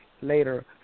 later